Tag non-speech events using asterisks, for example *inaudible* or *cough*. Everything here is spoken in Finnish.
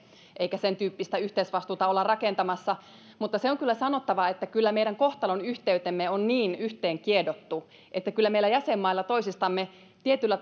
eikä sen tyyppistä yhteisvastuutta olla rakentamassa mutta se on kyllä sanottava että kyllä meidän kohtalonyhteytemme on niin yhteen kiedottu että kyllä meillä jäsenmailla toisistamme tietyllä *unintelligible*